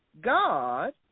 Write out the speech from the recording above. God